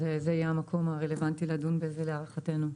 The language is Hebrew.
אז זה יהיה המקום הרלוונטי לדון בזה להערכתנו.